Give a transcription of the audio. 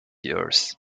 years